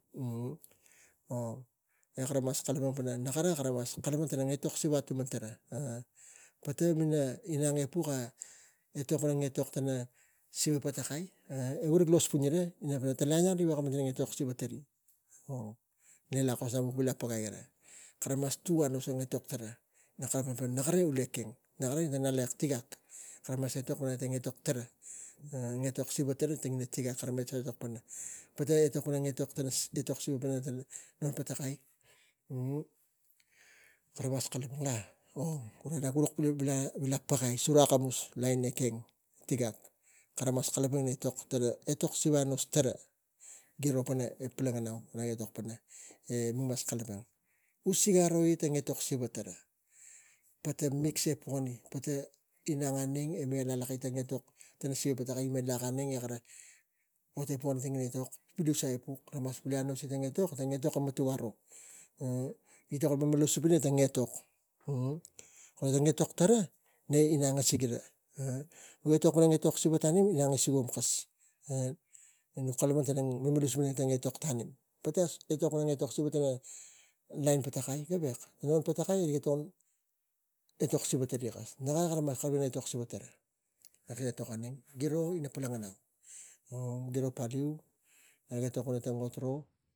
One, e kara mas kalapang pana nakara mas kalapang pana etok siva tuman tara pata mina minang e puk e etok pana etok pana siva patakai e gura rik los puni ra ra tamai tara riga veko kalapang pana kari etok siva ong ne lakos nak vak kus pagai ira. Kara mas tuga kara etok kula nakara ulekeng nakara ina ngalakek tigak kara mas etok malang kara tang gan tara kara etok siva tara etok siva pana tang non patakai kara mas kalapang ong nak vuk vila pagai sura akamus lain ekeng kara mas kalapang kuus pana etok nos tara giro pana etok mi aigok tana e mik mas kalapang usig aroi tang etok siva tara pata mix sa pata inang auneng e alimi kara etok tara e tara i gi pe lak tang etok vo ga epuk, ga mas tang etok gi matuk aro. Gi kalapang tokon malmalusup ina etok epuk pana kara etok tara gi angasigira. Mi etok pana etok siva ina ngasik vuam e naga kalapang pana pisigi kana etok tanim. Pata etok siva tana ina lain patakai e non patakai riga tokon etok siva tari kes. Nakara mas kavi siva tara e etok auneng mik polonganau. E vo giro paliu, nag etok pana etok